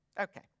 Okay